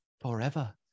forever